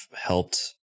helped